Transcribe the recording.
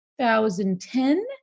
2010